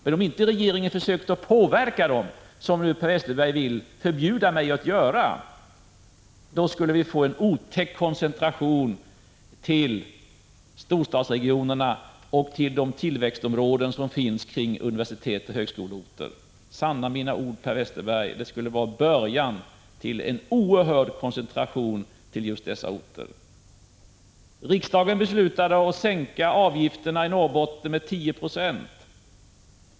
Men om inte regeringen försökte påverka dem, som Per Westerberg vill förbjuda mig att göra, skulle vi få en otäck koncentration till storstadsregionerna och till de tillväxtområden som finns kring universitetsoch högskoleorterna. Sanna mina ord, Per Westerberg: Det skulle vara början till en oerhörd koncentration till just dessa orter. Riksdagen beslutade att sänka arbetsgivaravgifterna i Norrbotten med 10 90.